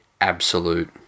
absolute